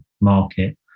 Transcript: market